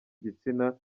gitsina